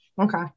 okay